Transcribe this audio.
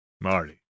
Marty